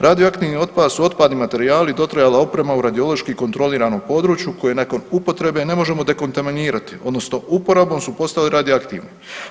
Radioaktivni otpad su otpadni materijali, dotrajala oprema u radiološki kontroliranom području koje nakon upotrebe ne možemo dekontaminirati, odnosno uporabom su postali radio aktivni.